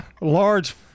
Large